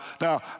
Now